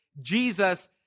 Jesus